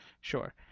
Sure